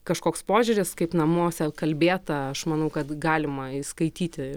kažkoks požiūris kaip namuose kalbėta aš manau kad galima įskaityti ir